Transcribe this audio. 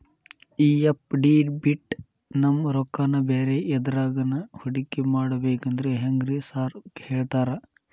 ಈ ಎಫ್.ಡಿ ಬಿಟ್ ನಮ್ ರೊಕ್ಕನಾ ಬ್ಯಾರೆ ಎದ್ರಾಗಾನ ಹೂಡಿಕೆ ಮಾಡಬೇಕಂದ್ರೆ ಹೆಂಗ್ರಿ ಸಾರ್ ಹೇಳ್ತೇರಾ?